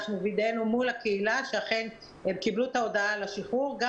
אנחנו וידאנו מול הקהילה שאכן הם קיבלו את ההודעה על השחרור גם